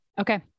Okay